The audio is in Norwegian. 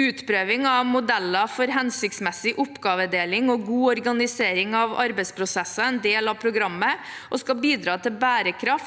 Utprøving av modeller for hensiktsmessig oppgavedeling og god organisering av arbeidsprosesser er en del av programmet og skal bidra til bærekraft